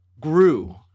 grew